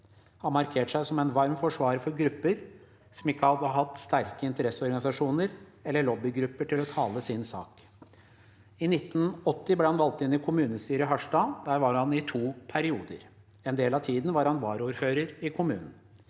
Han markerte seg som en varm forsvarer for grupper som ikke har hatt sterke interesseorganisasjoner eller lobbygrupper til å tale sin sak. I 1980 han ble valgt inn i kommunestyret i Harstad, der han var i to perioder. En del av tiden var han varaordfører i kommunen.